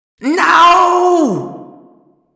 No